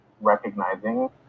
recognizing